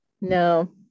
No